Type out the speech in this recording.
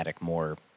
more